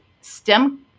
STEM